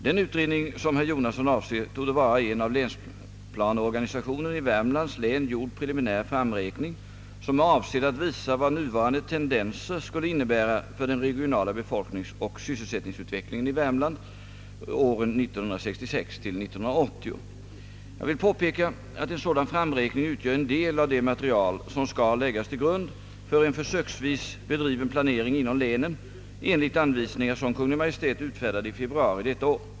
Den utredning som herr Jonasson avser torde vara en av länsplanerarorganisationen i Värmlands län gjord preliminär framräkning som är avsedd att visa vad nuvarande tendenser skulle innebära för den regionala befolkningsoch sysselsättningsutvecklingen i Värmlands län åren 1966—1980. Jag vill påpeka att en sådan framräkning utgör en del av det material som skall läggas till grund för en försöksvis bedriven planering inom länen enligt anvisningar som Kungl. Maj:t utfärdade i februari detta år.